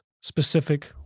specific